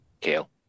Kale